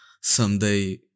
someday